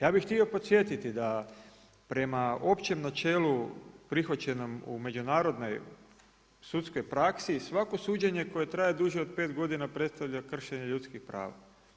Ja bi htio podsjetiti da prema općem načelu prihvaćenom u međunarodnoj sudskoj praksi, svako suđenje koje traje duže od 5 godina predstavlja kršenje ljudskih prava.